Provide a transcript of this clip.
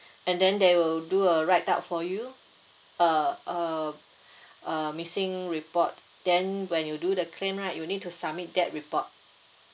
and then they will do a write up for you uh uh uh missing report then when you do the claim right you need to submit that report